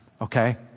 Okay